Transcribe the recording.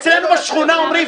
אצלנו בשכונה אומרים,